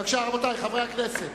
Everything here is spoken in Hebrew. בבקשה, רבותי חברי הכנסת.